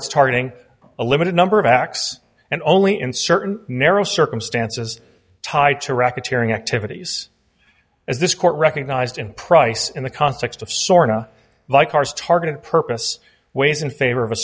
it's targeting a limited number of acts and only in certain narrow circumstances tied to racketeering activities as this court recognized in price in the context of sorta like cars targeted purpose weighs in favor of a